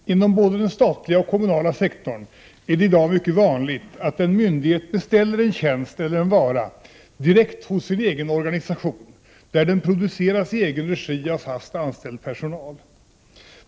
Fru talman! Inom både den statliga och den kommunala sektorn är det i dag mycket vanligt att en myndighet beställer en tjänst eller en vara direkt hos sin egen organisation, där den produceras i egen regi av fast anställd personal.